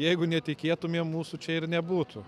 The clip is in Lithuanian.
jeigu netikėtumėm mūsų čia ir nebūtų